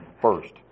first